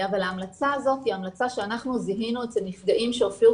אבל ההמלצה הזאת היא המלצה שזיהינו אצל נפגעים שהופיעו